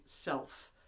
self